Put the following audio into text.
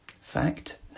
Fact